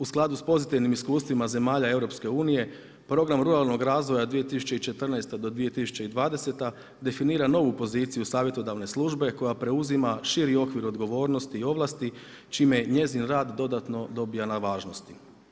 U skladu s pozitivnim iskustvima zemalja EU Program ruralnog razvoja 2014.-2020. definira novu poziciju savjetodavne službe koja preuzima širi okvir odgovornosti i ovlasti čime je njezin rad dodatno dobija na važnosti.